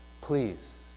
Please